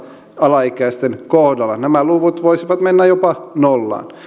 alaikäisten kohdalla nämä luvut voisivat mennä jopa nollaan